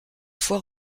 fois